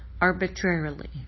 arbitrarily